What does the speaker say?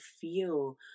feel